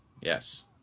Yes